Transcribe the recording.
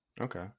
Okay